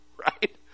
right